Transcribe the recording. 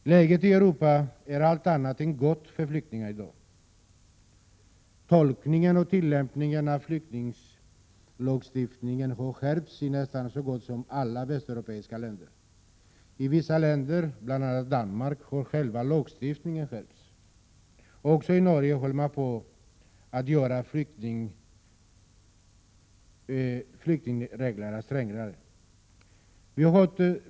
Läget i Europa är allt annat än gott för flyktingar i dag. Tolkningen och tillämpningen av flyktinglagstiftningen har skärpts i så gott som alla västeuropeiska länder. I vissa länder, bl.a. Danmark, har själva lagstiftningen skärpts. Också i Norge håller man på att göra flyktingreglerna strängare.